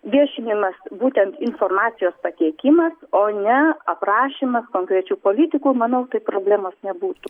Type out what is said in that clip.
viešinimis būtent informacijos pateikimas o ne aprašymas konkrečių politikų manau tai problemos nebūtų